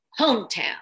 Hometown